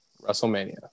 WrestleMania